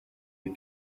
you